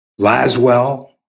Laswell